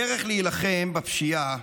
הדרך להילחם בפשיעה,